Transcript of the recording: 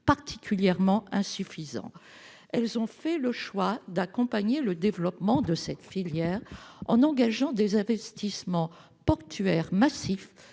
particulièrement insuffisant. Ces régions ont fait le choix d'accompagner le développement de cette filière, en engageant des investissements portuaires massifs